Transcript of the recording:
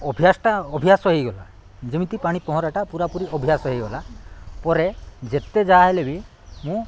ଅଭ୍ୟାସଟା ଅଭ୍ୟାସ ହୋଇଗଲା ଯେମିତି ପାଣି ପହଁରାଟା ପୁରାପୁରି ଅଭ୍ୟାସ ହୋଇଗଲା ପରେ ଯେତେ ଯାହାହେଲେ ବି ମୁଁ